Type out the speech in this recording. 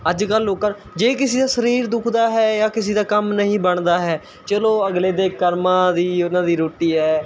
ਅੱਜ ਕੱਲ੍ਹ ਲੋਕਾਂ ਜੇ ਕਿਸੀ ਦਾ ਸਰੀਰ ਦੁੱਖਦਾ ਹੈ ਜਾਂ ਕਿਸੀ ਦਾ ਕੰਮ ਨਹੀਂ ਬਣਦਾ ਹੈ ਚਲੋ ਅਗਲੇ ਦੇ ਕਰਮਾਂ ਦੀ ਉਹਨਾਂ ਦੀ ਰੋਟੀ ਹੈ